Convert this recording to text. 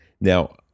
Now